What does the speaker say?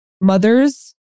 mothers